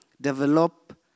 develop